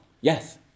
Yes